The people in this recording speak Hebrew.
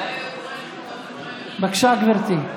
בבקשה גברתי.